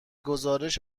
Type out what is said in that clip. گزارش